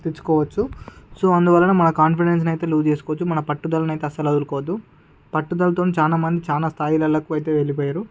తెచ్చుకోవచ్చు సో అందువలన మా కాన్ఫిడెన్స్ అయితే లూజ్ చేసుకోవద్దు మన పట్టుదలను అయితే అసలు వదులుకోవద్దు పట్టుదలతో చాలామంది చాలా స్థాయిలకు అయితే వెళ్ళిపోయారు